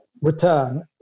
return